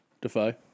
Defy